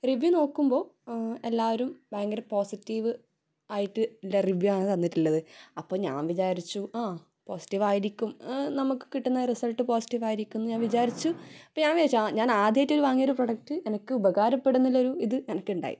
review നോക്കുമ്പോൾ എല്ലാവരും ഭയങ്കര പോസിറ്റീവ് ആയിട്ട് ഉള്ള റിവ്യൂ ആണ് തന്നിട്ടുള്ളത് അപ്പോൾ ഞാൻ വിചാരിച്ചു ആ പോസിറ്റീവ് ആയിരിക്കും നമുക്ക് കിട്ടുന്ന റിസൾട്ട് പോസിറ്റീവ് ആയിരിക്കുമെന്ന് ഞാൻ വിചാരിച്ചു പിന്നെ ഞാൻ വിചാരിച്ചു ആ ഞാൻ ആയിട്ട് വാങ്ങിയൊരു പ്രൊഡക്റ്റ് എനിക്ക് ഉപകാരപ്പെടുമെന്നുള്ളൊരു ഇത് എനിക്കുണ്ടായി